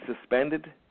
suspended